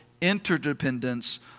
interdependence